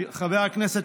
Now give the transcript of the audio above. חבר הכנסת